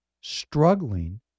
struggling